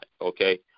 okay